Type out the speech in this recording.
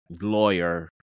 lawyer